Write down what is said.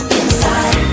inside